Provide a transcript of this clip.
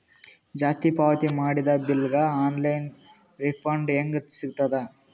ಜಾಸ್ತಿ ಪಾವತಿ ಮಾಡಿದ ಬಿಲ್ ಗ ಆನ್ ಲೈನ್ ರಿಫಂಡ ಹೇಂಗ ಸಿಗತದ?